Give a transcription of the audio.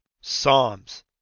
psalms